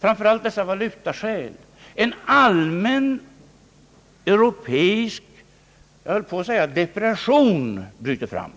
framför allt valutaskäl, en allmän europeisk depression bryter fram.